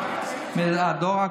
אתה עולה לדבר על